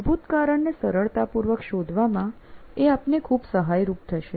મૂળભૂત કારણ ને સરળતા પૂર્વક શોધવા માં એ આપને ખૂબ સહાયરૂપ થશે